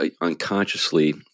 unconsciously